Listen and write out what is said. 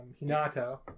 Hinata